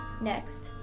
Next